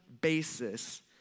basis